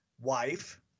wife